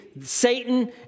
Satan